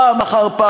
פעם אחר פעם.